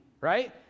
right